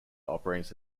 operating